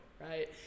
right